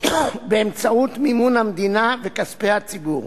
באמצעות מימון המדינה וכספי הציבור.